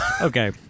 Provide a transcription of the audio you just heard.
Okay